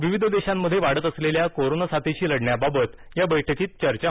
विविध देशांमध्ये वाढत असलेल्या कोरोना साथीशी लढण्याबाबत या बैठकीत चर्चा होणार आहे